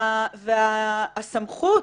והסמכות,